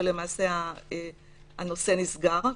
ולמעשה הנושא נסגר,